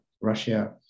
Russia